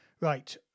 right